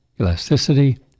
elasticity